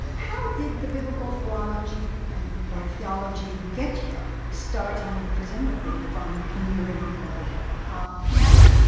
how did the biblical philology and or theology get here, starting presumably from the nuremberg ah mapping.